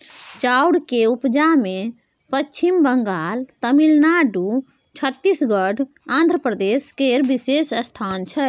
चाउर के उपजा मे पच्छिम बंगाल, तमिलनाडु, छत्तीसगढ़, आंध्र प्रदेश केर विशेष स्थान छै